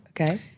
Okay